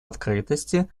открытости